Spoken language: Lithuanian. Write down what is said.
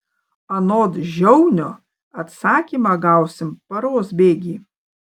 anot žiaunio atsakymą gausim paros bėgy